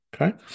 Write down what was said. Okay